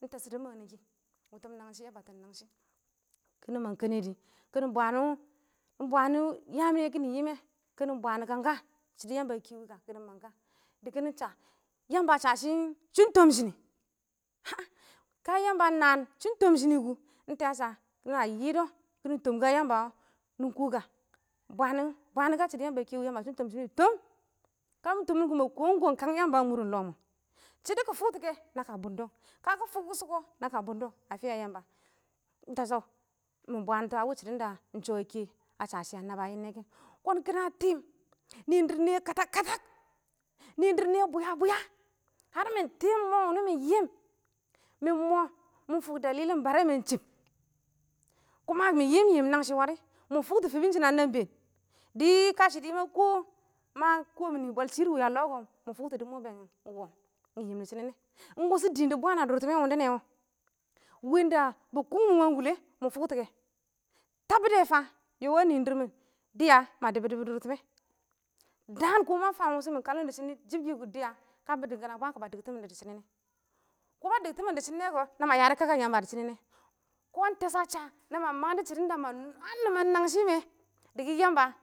Ing tɛshɔ dɪ mang nɪ kɪ, mʊtʊm nangshɪ yɛ batɪm nangshɪ kɪnɪ mang kɛnɛdɪ kɪnɪ bwaan bwaan yaan yɛ kɪ nɪ yɪm mɛ, kɪnɪ bwaan kan ka shɪdɔ yamba a kɛ wɪ ka kɪnɪ mang k dɪ kɪnɪ fa. Yamba a sha shɪ shɪ ɪng toom shɪnɪ ha a ka yamba a naan shɪn toom shɪnɪ kʊ, ɪng tɛ shɔ a sha nana yidɔ kɪnɪ tɔm ka yamba kɪnɪ kɔ ka, bwaan ka shɪdɔ yamba shɪnɪ tɔn shɪnɪ kɪ toom ka mɪ toom kʊ, ma koom kɔ kang yamba a mʊr lɔ mɔ, shɪdɪ kɪ fʊk tɔ kɛ naka bʊndɔ kakɪ fʊk wʊshɔ kɔ naka bʊndɔ a fɪya yamba ɪng tɛshɔ mɪ bwaantɔ a wɪ shɪdɔn da ɪng shɔ kɛ shɪ a naba yɪnɪ nɛ kɛ kɔn kɪna tɪm nɪɪn dɪrr nɪyɛ katak-katak, nɪɪn dɪrr nɪyɛ bwɪya bwɪya hər mɪ tɪm mɔ wʊnɪ mɪ yɪm mɪ mɔ mɪ fʊk dalilin barɛmɛ ɪng chɪm kuma mɪ yɪm dɪ nangshɪ warɪ, mɪ fʊk tɔ fɪbɪnshɪm a nab ɪng been dɪ ka shɪ dɔ ma kɔm bwɛl shɪr ɪng wa lɔ kɔ, mɪ fʊktɔ dɪ mɔ be wɔɔm ɪng yɪm dɪ shɪnɛ ɪng wʊshɔ dɪɪn dɪ bwaan a mʊr dʊrtɪmɛ wʊndɛ nɛ wɛ, wɪ da ba kʊng mɪn wulə, mɪ fʊktɛ, tabɪtɛ fa yɔ a nɪɪn dɪrr mɪ dɪya madɪbɔn dɪbɔn dʊrtɪmɛ daan kɔ ma fan ɪng wʊshɔ mɪ kalɪm dɪ shɪnɪ dɪ shɪ yʊ dɪya ka bɪ dɪkɪn a bwakɔ ba dɪktɪmɪn dɪ shɪnɪ nɛ, kɔ ba dɪktɪmɪn dɪ shɪnɪ nɛ kɔ nama yadɔ kakan yamba dɪ shɪnɪ nɛ, kɔn tɛshɔ a sha na ma mangtɔ shɪdɔn da ma nwa dʊ nɪman nangshɪ mɛ kɛ, dɪ kɪ yamba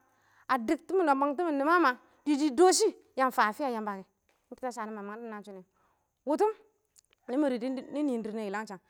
a dɪktɪmɪn a mangtɪm nɪma ma dɪ dɔshɪ ya fan a fɪya yamba kɛ, ɪng tɛshɔ a sha nama mangdɔ naan shʊnɛ wɛ wʊtʊm nɪ mɛrɪ dɪ yɪdɪr nɪyɛ yɪlangshank.